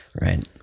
Right